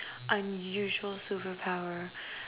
unusual superpower